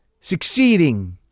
succeeding